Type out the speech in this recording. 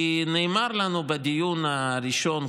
כי נאמר לנו בדיון הראשון,